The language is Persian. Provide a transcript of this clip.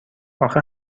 آخه